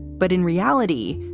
but in reality,